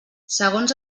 segons